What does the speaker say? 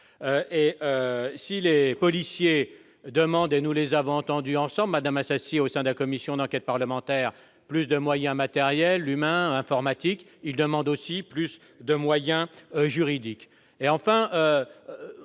Certes, les policiers demandent- nous les avons entendus ensemble, madame Assassi, au sein de la commission d'enquête parlementaire -plus de moyens matériels, humains, informatiques, mais ils demandent aussi plus de moyens juridiques. On entend